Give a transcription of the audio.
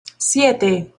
siete